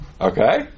Okay